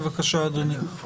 בבקשה אדוני.